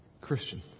Christian